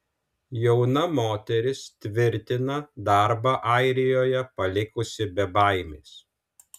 jauna moteris tvirtina darbą airijoje palikusi be baimės